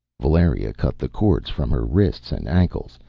valeria cut the cords from her wrists and ankles,